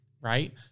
right